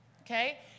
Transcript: okay